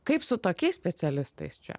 kaip su tokiais specialistais čia